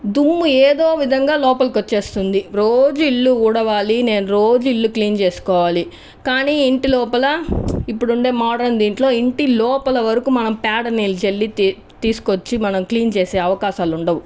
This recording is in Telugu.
దుమ్ము ఏదో విధంగా లోపలకి వచ్చేస్తుంది రోజూ ఇల్లు ఉడవాలి నేను రోజు ఇల్లు క్లీన్ చేసుకోవాలి కానీ ఇంటి లోపల ఇప్పుడు ఉండే మోడ్రన్ దీంట్లో ఇంటి లోపల వరకు పేడ నీళ్ళు చల్లితె తీసుకువచ్చి మనం క్లీన్ చేసే అవకాశాలు ఉండవు